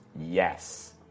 Yes